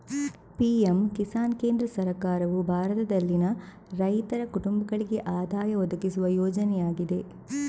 PM Kisan ಕೇಂದ್ರ ಸರ್ಕಾರವು ಭಾರತದಲ್ಲಿನ ರೈತರ ಕುಟುಂಬಗಳಿಗೆ ಆದಾಯ ಒದಗಿಸುವ ಯೋಜನೆಯಾಗಿದೆ